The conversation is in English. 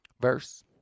Verse